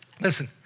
Listen